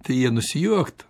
tai jie nusijuoktų